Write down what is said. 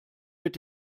mit